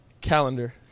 Calendar